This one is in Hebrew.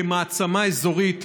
כמעצמה אזורית,